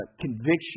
conviction